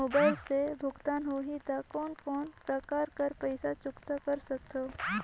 Mobile से भुगतान होहि त कोन कोन प्रकार कर पईसा चुकता कर सकथव?